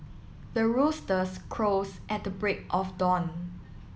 the roosters crows at the break of dawn